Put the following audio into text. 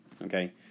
Okay